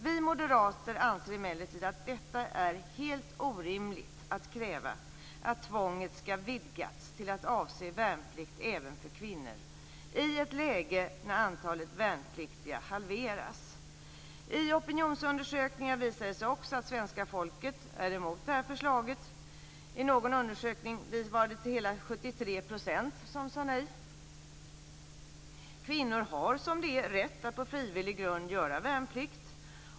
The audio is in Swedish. Vi moderater anser emellertid att det är helt orimligt att kräva att tvånget ska vidgas till att avse värnplikt även för kvinnor i ett läge när antalet värnpliktiga halveras. Det visar sig också i opinionsundersökningar att svenska folket är emot det här förslaget. I någon undersökning var det hela 73 % Kvinnor har, som det är, rätt att på frivillig grund göra värnplikt.